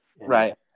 Right